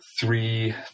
three